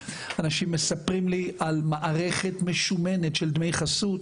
אנשים מספרים על מערכת משומנת של דמי חסות.